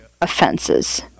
offenses